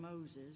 Moses